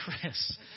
Chris